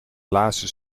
laatste